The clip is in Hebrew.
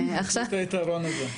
יש לי את היתרון הזה.